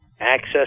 Access